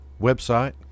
website